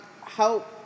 help